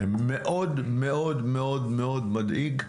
זה מאוד מאוד מאוד מאוד מדאיג,